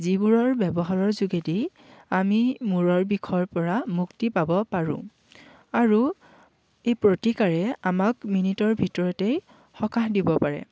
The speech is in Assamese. যিবোৰৰ ব্যৱহাৰৰ যোগেদি আমি মূৰৰ বিষৰ পৰা মুক্তি পাব পাৰোঁ আৰু এই প্ৰতিকাৰে আমাক মিনিটৰ ভিতৰতেই সকাহ দিব পাৰে